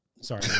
sorry